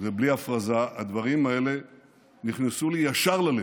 ובלי הפרזה, הדברים האלה נכנסו לי ישר ללב.